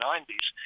90s